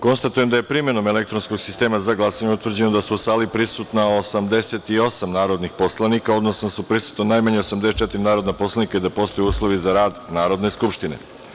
Konstatujem da je primenom elektronskog sistema za glasanje utvrđeno da je u sali prisutno 88 narodnih poslanika, odnosno da su prisutna najmanje 84 narodna poslanika i da postoje uslovi za rad Narodne skupštine.